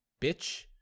bitch